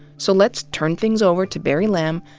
so let's turn things over to barry lam,